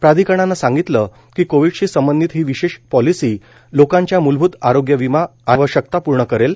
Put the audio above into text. प्राधिकरणानं सांगितलं की कोविडशी संबंधित ही विशेष पॉलिसी लोकांच्या मूलभूत आरोग्य विमा आवश्यकता पूर्ण करेल